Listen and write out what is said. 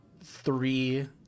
three